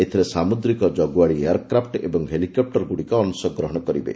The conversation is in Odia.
ଏଥିରେ ସାମୁଦ୍ରିକ ଜଗୁଆଳି ଏୟାରକ୍ରାଫ୍ଟ ଏବଂ ହେଲିକପୁରଗୁଡ଼ିକ ଅଂଶଗ୍ରହଣ କରିବେ